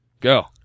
Go